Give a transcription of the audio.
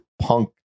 punk